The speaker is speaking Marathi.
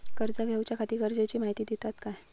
कर्ज घेऊच्याखाती गरजेची माहिती दितात काय?